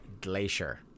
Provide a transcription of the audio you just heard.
Glacier